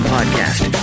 Podcast